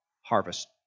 harvest